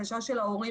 זה לא חוג קפוארה,